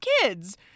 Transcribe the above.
kids